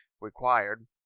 required